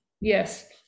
Yes